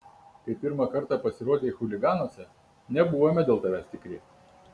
kai pirmą kartą pasirodei chuliganuose nebuvome dėl tavęs tikri